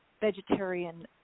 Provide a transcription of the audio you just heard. vegetarian